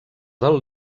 del